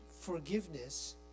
forgiveness